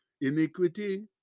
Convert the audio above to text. iniquity